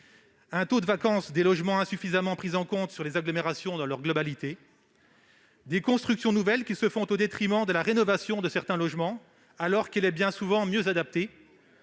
un taux de vacance des logements insuffisamment pris en compte sur les agglomérations dans leur globalité ; des constructions nouvelles qui se font au détriment de la rénovation de certains logements, alors que celle-ci est bien souvent mieux adaptée